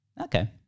Okay